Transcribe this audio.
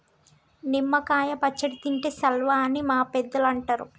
నిమ్మ కాయ పచ్చడి తింటే సల్వా అని మన పెద్దలు అంటరు